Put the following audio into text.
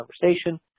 conversation